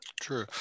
True